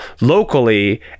locally